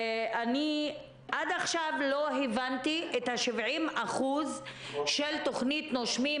עד עכשיו לא הבנתי את ה-70% של תוכנית "נושמים